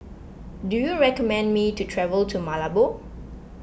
do you recommend me to travel to Malabo